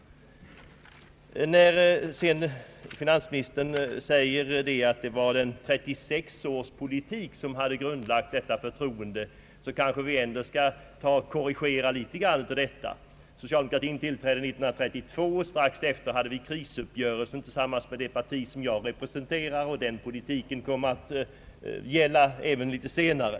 När sedan finansministern säger att det var 36 års politik som hade grundlagt detta förtroende för socialdemokratin, så skall vi kanske ändå korrigera detta litet. Socialdemokratin tillträdde år 1932, och strax därefter var det en krisuppgörelse tillsammans med det parti som jag representerar. Den politiken kom att gälla även litet senare.